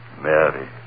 Mary